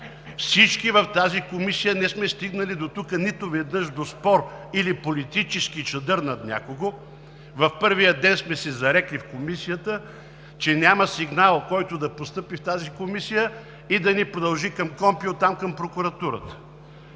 Всички в тази комисия не сме стигнали нито веднъж до спор или политически чадър над някого. В първия ден сме се зарекли, че няма сигнал, постъпил в тази комисия, да не продължи към КПКОНПИ и оттам към прокуратурата.